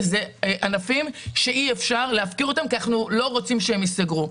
ואלו ענפים שאי אפשר להפקיר אותם כי אנחנו לא רוצים שהם ייסגרו.